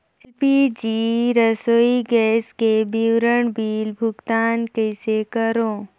LPG रसोई gas के विवरण बिल भुगतान कइसे करों?